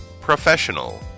Professional